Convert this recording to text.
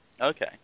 Okay